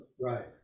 Right